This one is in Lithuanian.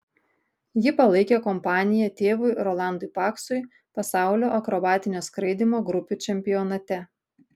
ji palaikė kompaniją tėvui rolandui paksui pasaulio akrobatinio skraidymo grupių čempionate